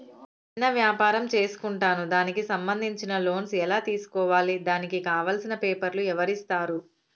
చిన్న వ్యాపారం చేసుకుంటాను దానికి సంబంధించిన లోన్స్ ఎలా తెలుసుకోవాలి దానికి కావాల్సిన పేపర్లు ఎవరిస్తారు?